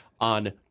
on